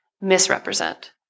misrepresent